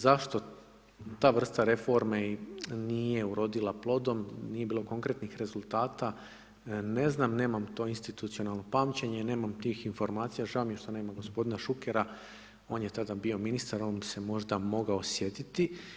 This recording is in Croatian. Zašto ta vrsta reforme nije urodila plodom, nije bilo konkretnih rezultata, ne znam, nemam to institucionalno pamćenje, nemam tih informacija, žao mi je što nema gospodina Šukera, on je tada bio ministar, on bi se možda mogao sjetiti.